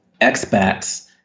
expats